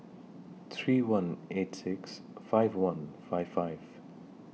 three one eight six five one five five